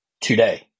today